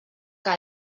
que